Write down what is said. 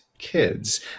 kids